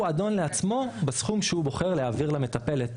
הוא אדון לעצמו בסכום שהוא בוחר להעביר למטפלת,